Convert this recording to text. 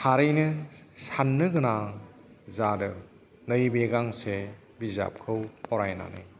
थारैनो साननो गोनां जादों नैबे गांसे बिजाबखौ फरायनानै